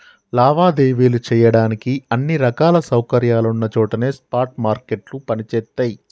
లావాదేవీలు చెయ్యడానికి అన్ని రకాల సౌకర్యాలున్న చోటనే స్పాట్ మార్కెట్లు పనిచేత్తయ్యి